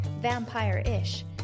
Vampire-ish